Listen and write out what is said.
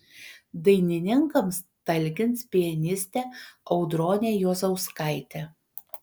dainininkams talkins pianistė audronė juozauskaitė